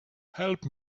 help